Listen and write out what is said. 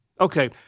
Okay